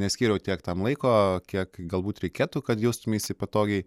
neskyriau tiek tam laiko kiek galbūt reikėtų kad jaustumeisi patogiai